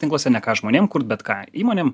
tinkluose ne ką žmonėm kur bet ką įmonėm